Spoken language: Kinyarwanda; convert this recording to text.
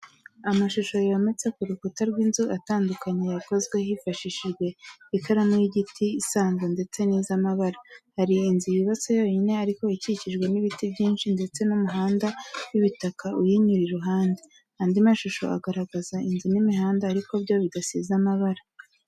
Amashusho yometse ku rukuta rw'inzu, atandukanye yakozwe hifashishijwe ikaramu y'igiti isanzwe ndetse n'iz'amabara, hari inzu yubatse yonyine ariko ikikijwe n'ibiti byinshi ndetse n'umuhanda w'ibitaka uyinyura iruhande. Andi mashusho agaragaza inzu n'imihanda ariko byo bidasize amabara.